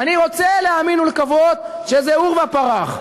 אני רוצה להאמין ולקוות שזה עורבא פרח.